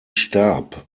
starb